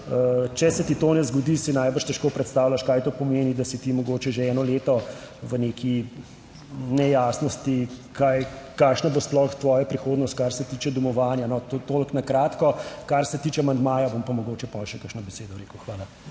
če se ti to ne zgodi, si najbrž težko predstavljaš, kaj to pomeni, da si ti mogoče že eno leto v neki nejasnosti kaj, kakšna bo sploh tvoja prihodnost kar se tiče domovanja. Toliko na kratko. Kar se tiče amandmaja, bom pa mogoče potem še kakšno besedo rekel. Hvala.